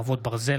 חרבות ברזל),